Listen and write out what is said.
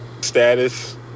status